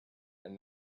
and